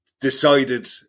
decided